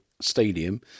Stadium